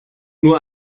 nur